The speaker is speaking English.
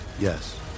Yes